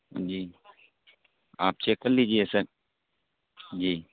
جی آپ چیک کر لیجیے سر جی